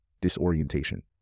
disorientation